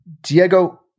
diego